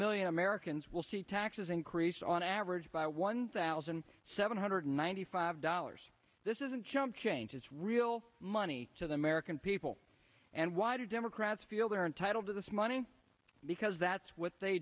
million americans will see taxes increase on average by one thousand seven hundred ninety five dollars this isn't chump change it's real money to the american people and why do democrats feel they're entitled to this money because that's what they